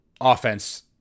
offense